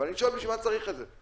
אבל אני שואל בשביל מה צריך את זה.